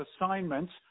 assignments